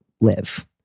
live